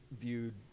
viewed